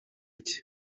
cye